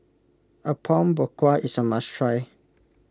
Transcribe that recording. Apom Berkuah is a must try